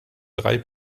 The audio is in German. drei